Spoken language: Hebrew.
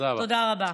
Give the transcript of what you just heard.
תודה רבה.